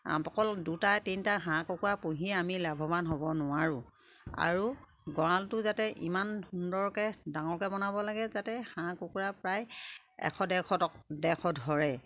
অকল দুটা তিনটা হাঁহ কুকুৰা পুহি আমি লাভৱান হ'ব নোৱাৰোঁ আৰু গঁৰালটো যাতে ইমান সুন্দৰকে ডাঙৰকে বনাব লাগে যাতে হাঁহ কুকুৰা প্ৰায় এশ ডেৰশত ধৰে